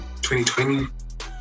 2020